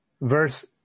verse